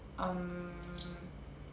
um